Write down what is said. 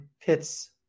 pits